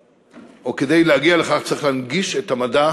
או, כדי להגיע לכך צריך להנגיש את המדע